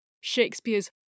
Shakespeare's